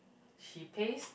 she pays